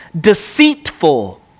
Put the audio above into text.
deceitful